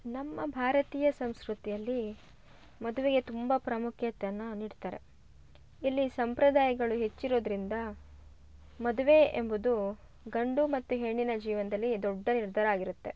ನಮ್ಮ ಭಾರತೀಯ ಸಂಸ್ಕೃತಿಯಲ್ಲಿ ಮದುವೆಗೆ ತುಂಬ ಪ್ರಾಮುಖ್ಯತೆಯನ್ನ ನೀಡ್ತಾರೆ ಇಲ್ಲಿ ಸಂಪ್ರದಾಯಗಳು ಹೆಚ್ಚಿರೋದರಿಂದ ಮದುವೆ ಎಂಬುದು ಗಂಡು ಮತ್ತು ಹೆಣ್ಣಿನ ಜೀವನದಲ್ಲಿ ದೊಡ್ಡ ನಿರ್ಧಾರ ಆಗಿರತ್ತೆ